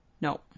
No